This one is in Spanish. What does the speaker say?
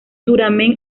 duramen